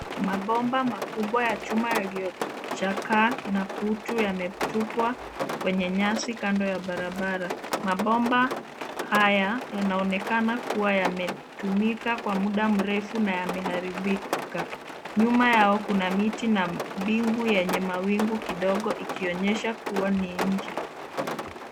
Mabomba makubwa ya chuma yaliyochakaa na kutu yametupwa kwenye nyasi kando ya barabara. Mabomba haya yanaonekana kuwa yametumika kwa muda mrefu na yameharibika. Nyuma yao kuna miti na bingu yenye mawingu kidogo ikionyesha kuwa ni nje.